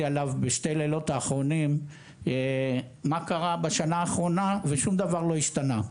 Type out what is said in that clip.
עליו בשתי לילות האחרונים- מה קרה בשנה האחרונה ושום דבר לא השתנה.